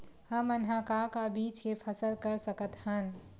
हमन ह का का बीज के फसल कर सकत हन?